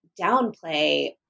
downplay